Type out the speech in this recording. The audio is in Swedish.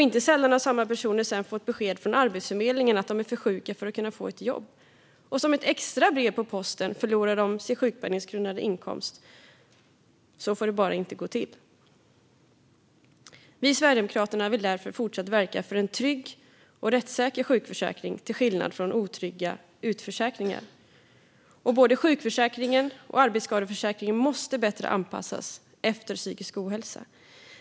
Inte sällan har samma personer därefter fått besked från Arbetsförmedlingen om att de är för sjuka för att kunna få ett jobb - och som ett extra brev på posten förlorar de sin sjukpenninggrundande inkomst. Så här får det bara inte gå till. Vi i Sverigedemokraterna vill därför fortsatt verka för en trygg och rättssäker sjukförsäkring, till skillnad från otrygga utförsäkringar. Både sjukförsäkringen och arbetsskadeförsäkringen måste bättre anpassas efter psykisk ohälsa.